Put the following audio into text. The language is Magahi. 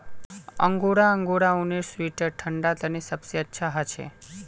अंगोरा अंगोरा ऊनेर स्वेटर ठंडा तने सबसे अच्छा हछे